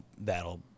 that'll